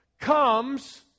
comes